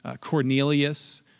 Cornelius